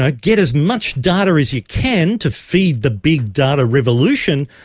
ah get as much data as you can to feed the big-data revolution,